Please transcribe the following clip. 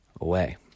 away